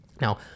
Now